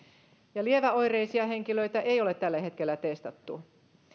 ja lieväoireisia henkilöitä ei ole tällä hetkellä testattu